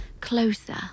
closer